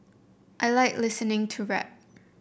I like listening to rap